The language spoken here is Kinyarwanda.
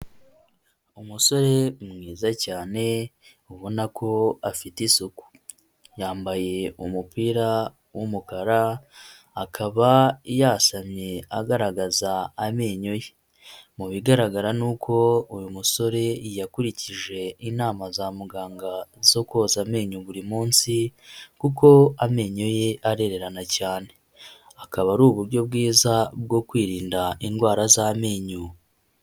Umusore mwiza cyane ubona ko afite isuku, yambaye umupira w'umukara akaba yasamye agaragaza amenyo ye, mu bigaragara ni uko uyu musore yakurikije inama za muganga zo koza amenyo buri munsi kuko amenyo ye arererana cyane, akaba ari uburyo bwiza bwo kwirinda indwara z'amenyo.